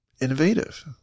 innovative